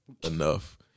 enough